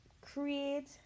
create